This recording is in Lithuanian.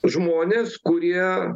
žmonės kurie